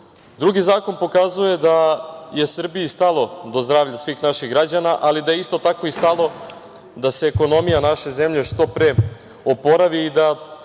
zakon pokazuje da je Srbiji stalo do zdravlja svih naših građana, ali da isto tako i stalo da se ekonomija naše zemlje što pre oporavi i da